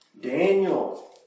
Daniel